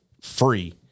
free